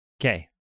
okay